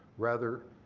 rather